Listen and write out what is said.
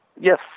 Yes